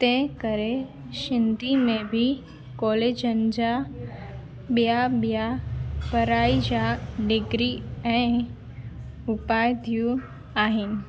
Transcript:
तंहिं करे सिंधी में बि कॉलेजनि जा ॿियां ॿियां पढ़ाई जा डिग्री ऐं उपाधियूं आहिनि